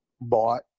bought